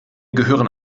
gehören